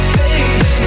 baby